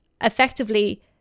effectively